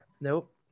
nope